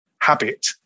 habit